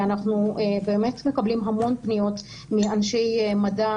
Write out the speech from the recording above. ואנחנו באמת מקבלים המון פניות מאנשי מדע,